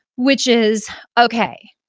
which is, okay,